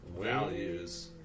values